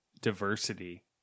diversity